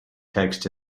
texts